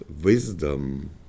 wisdom